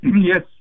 Yes